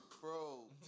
bro